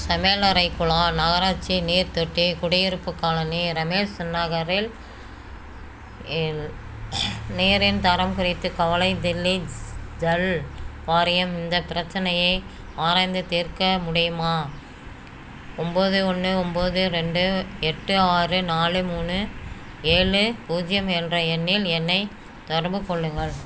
சமையலறை குழாய் நகராட்சி நீர் தொட்டி குடியிருப்புக் காலனி ரமேஸ் நகரில் எல் நீரின் தரம் குறித்து கவலை தில்லின்ஸ் ஜல் வாரியம் இந்த பிரச்சினையை ஆராய்ந்து தீர்க்க முடியுமா ஒன்போது ஒன்று ஒன்போது ரெண்டு எட்டு ஆறு நாலு மூணு ஏழு பூஜ்ஜியம் என்ற எண்ணில் என்னைத் தொடர்புக்கொள்ளுங்கள்